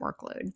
workload